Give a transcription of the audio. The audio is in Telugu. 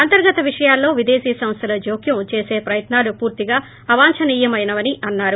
అంతర్గత విషయాల్లో విదేశీ సంస్లలు జోక్యం చేసి ప్రయత్నాలు పూర్తిగా అవాంఛనీయమైనవని అన్నారు